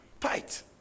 Fight